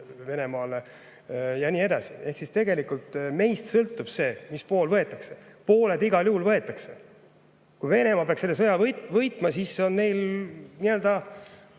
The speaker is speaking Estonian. Venemaale ja nii edasi. Ehk tegelikult meist sõltub see, mis pool võetakse. Pooled igal juhul võetakse. Kui Venemaa peaks selle sõja võitma, siis on neil moraalne